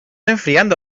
enfriando